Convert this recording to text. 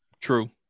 True